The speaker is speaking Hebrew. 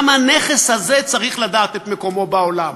גם הנכס הזה צריך לדעת את מקומו בעולם.